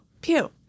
pew